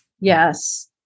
Yes